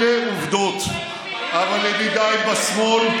מה עם, אלה עובדות, אבל ידידיי בשמאל,